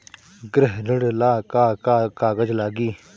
गृह ऋण ला का का कागज लागी?